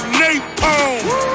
napalm